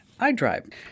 iDrive